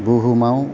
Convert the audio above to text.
बुहुमाव